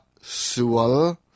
sual